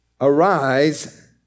Arise